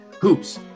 Hoops